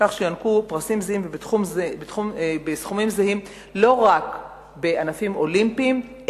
כך שיוענקו פרסים זהים ובסכומים זהים לא רק בענפים אולימפיים,